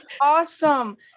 awesome